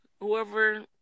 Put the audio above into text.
whoever